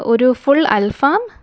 ഒരു ഫുള് അല്ഫാം